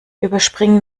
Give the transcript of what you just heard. überspringen